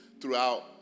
throughout